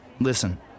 listen